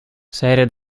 serie